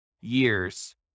years